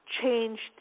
changed